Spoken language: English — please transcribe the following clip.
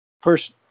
first